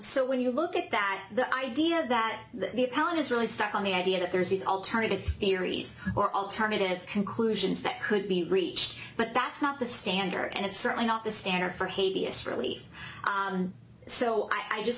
so when you look at that the idea that the college is really stuck on the idea that there's these alternative theories or alternative conclusions that could be reached but that's not the standard and it's certainly not the standard for haiti it's really so i just